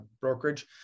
brokerage